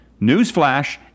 Newsflash